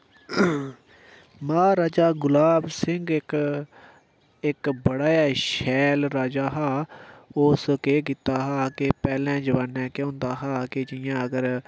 महाराजा गुलाब सिंह इक इक बड़ा गै शैल राजा हा उस केह् कीता हा कि पैह्लें जमानै केह् होंदा हा कि जि'यां अगर